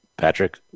Patrick